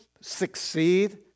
succeed